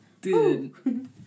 Dude